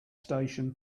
station